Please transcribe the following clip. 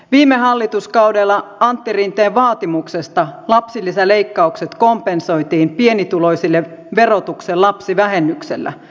viime hallituskaudella antti rinteen vaatimuksesta lapsilisäleikkaukset kompensoitiin pienituloisille verotuksen lapsivähennyksellä